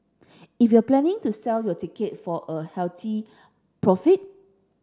if you're planning to sell the ticket for a healthy profit